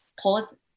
pause